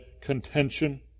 contention